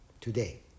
today